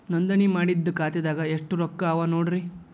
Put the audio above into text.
ನೋಂದಣಿ ಮಾಡಿದ್ದ ಖಾತೆದಾಗ್ ಎಷ್ಟು ರೊಕ್ಕಾ ಅವ ನೋಡ್ರಿ